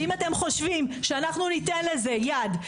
ואם אתם חושבים שאנחנו ניתן לזה יד,